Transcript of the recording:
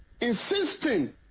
insisting